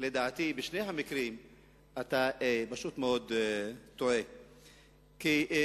אלה דברים שאתה טועה בהם.